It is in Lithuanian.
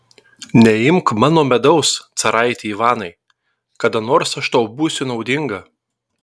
neimk mano medaus caraiti ivanai kada nors aš tau būsiu naudinga